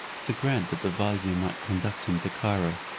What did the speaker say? to grant that the vizier might conduct him to cairo.